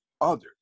others